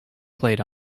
played